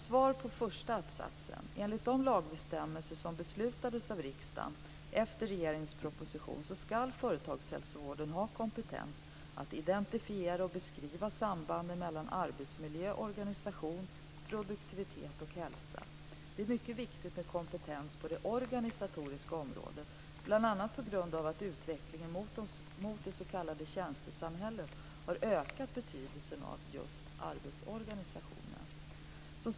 Svaret på den första frågan är alltså att enligt de lagbestämmelser som beslutades av riksdagen efter regeringens proposition ska företagshälsovården ha kompetens att identifiera och beskriva sambanden mellan arbetsmiljö, organisation, produktivitet och hälsa. Det är mycket viktigt med kompetens på det organisatoriska området, bl.a. på grund av att utvecklingen mot det s.k. tjänstesamhället har ökat betydelsen av just arbetsorganisationen.